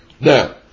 Now